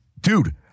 Dude